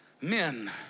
men